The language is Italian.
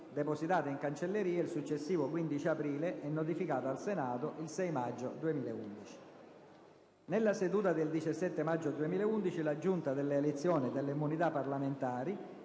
depositata in cancelleria il successivo 15 aprile e notificata al Senato il 6 maggio 2011. Nella seduta del 17 maggio 2011 la Giunta delle elezioni e delle immunità parlamentari